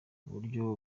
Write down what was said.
buryo